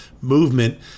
movement